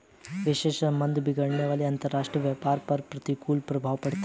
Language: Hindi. द्विपक्षीय संबंध बिगड़ने से अंतरराष्ट्रीय व्यापार पर प्रतिकूल प्रभाव पड़ता है